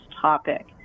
topic